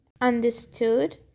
understood